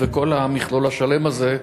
וכל המכלול השלם הזה.